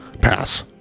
Pass